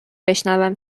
بشنوم